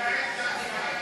עברית וערבית),